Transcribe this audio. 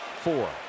four